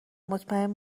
مطمئن